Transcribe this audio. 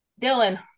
Dylan